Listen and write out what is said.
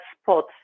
spot